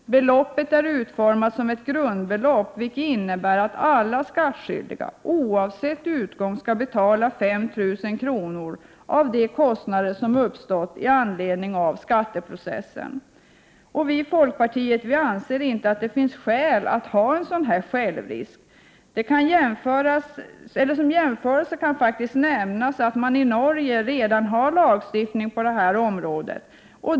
Beloppet är utformat som ett grundbelopp, vilket innebär att alla skattskyldiga, oavsett målets eller ärendets utgång, skall betala 5 000 kr. av de kostnader som uppstått i anledning av skatteprocessen. Vi i folkpartiet anser att det inte finns skäl för att införa en sådan självrisk. Som jämförelse kan nämnas att man i Norge redan har en lagstiftning på detta område.